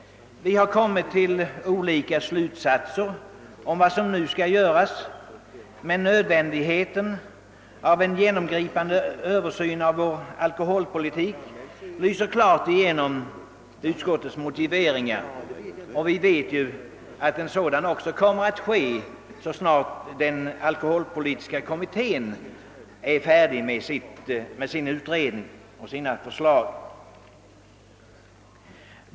Vi har kommit fram till olika slutsatser om vad som nu skall göras, men nödvändigheten av en genomgripande översyn av vår alkoholpolitik lyser klart igenom utskottets motiveringar. Vi vet ju också att en sådan kommer att företas så snart den alkoholpolitiska kommittén är färdig med sin utredning och har framlagt sina förslag.